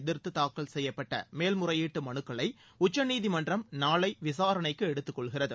எதிர்த்து தாக்கல் செய்யப்பட்ட மேல்முறையீட்டு மனுக்களை உச்சநீதிமன்றம் நாளை விசாரணைக்கு எடுத்துக் கொள்கிறது